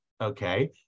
okay